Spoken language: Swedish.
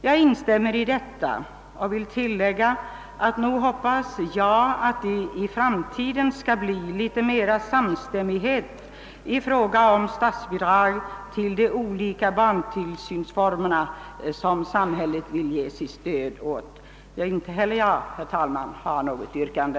Jag instämmer i detta och vill tillägga att jag nog hoppas att det i framtiden skall bli litet mera samstämmighet i fråga om statsbidrag till de olika barntillsynsformer till vilka samhället vill ge sitt stöd. Inte heller jag, herr talman, ställer något yrkande.